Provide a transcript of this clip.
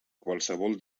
qualsevol